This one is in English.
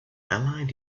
allied